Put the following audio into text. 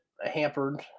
hampered